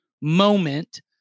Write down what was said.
moment